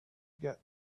get